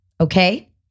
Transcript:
okay